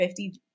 50